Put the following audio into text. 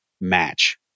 match